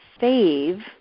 save